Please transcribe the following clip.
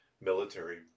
military